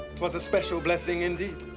twas a special blessing indeed.